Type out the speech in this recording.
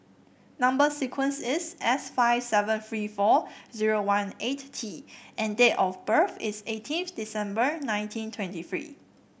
number sequence is S five seven three four zero one eight T and date of birth is eighteen December nineteen twenty three